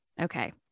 Okay